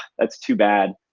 that's too bad.